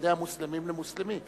ועל-ידי המוסלמים למוסלמי.